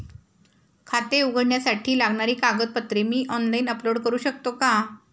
खाते उघडण्यासाठी लागणारी कागदपत्रे मी ऑनलाइन अपलोड करू शकतो का?